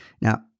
now